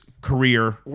career